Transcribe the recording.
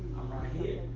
i'm right here.